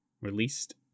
released